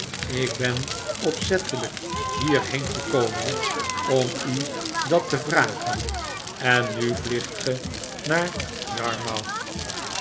ik ben opzettelijk hierheen gekomen om u dat te vragen en nu vliegt ge naar yarmouth